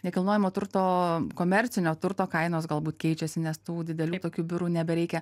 nekilnojamo turto komercinio turto kainos galbūt keičiasi nes tų didelių tokių biurų nebereikia